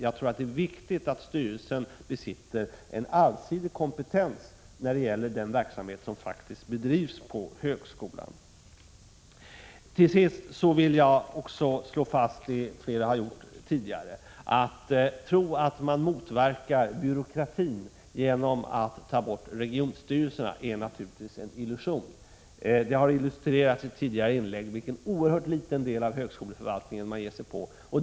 Jag tror att det är viktigt att styrelsen besitter en allsidig kompetens när det gäller den verksamhet som faktiskt bedrivs på högskolan. Till sist vill jag slå fast, i likhet med vad flera andra har gjort tidigare: Att tro att man motverkar byråkratin genom att ta bort regionstyrelserna är naturligtvis en illusion. I tidigare inlägg har illustrerats vilken oerhört liten del av högskoleförvaltningen man ger sig på.